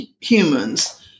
humans